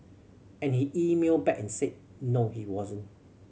and he emailed back and said no he wasn't